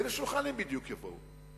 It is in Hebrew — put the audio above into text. לאיזה שולחן בדיוק הם יבואו?